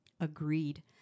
Agreed